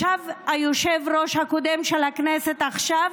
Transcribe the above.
ישב היושב-ראש הקודם של הישיבה עכשיו,